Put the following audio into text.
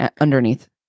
underneath